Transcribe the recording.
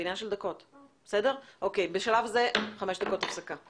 (הישיבה נפסקה